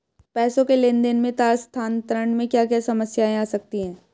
पैसों के लेन देन में तार स्थानांतरण में क्या क्या समस्याएं आ सकती हैं?